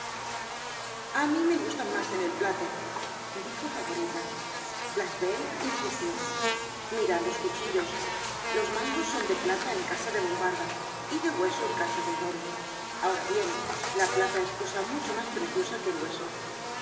a mí me gustan mas en el plato dijo favorita blachevelle insistió mirad los cuchillos los mangos son de plata en casa de bombarda y de hueso en casa de edon ahora bien la plata es cosa mucho mas preciosa que el hueso